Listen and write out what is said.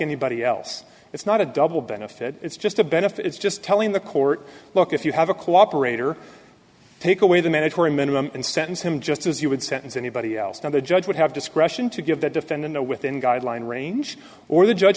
anybody else it's not a double benefit it's just a benefit it's just telling the court look if you have a cooperator take away the manager for a minimum and sentence him just as you would sentence anybody else and the judge would have discretion to give the defendant a within guideline range or the judge